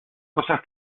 cosas